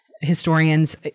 historians